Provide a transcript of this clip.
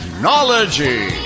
technology